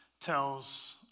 tells